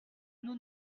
nous